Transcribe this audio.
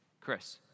Chris